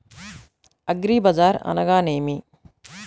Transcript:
అగ్రిబజార్ అనగా నేమి?